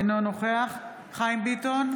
אינו נוכח חיים ביטון,